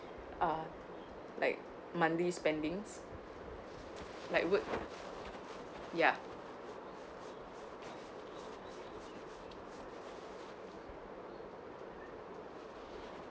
uh like monthly spendings like what ya